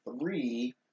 three